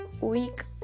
week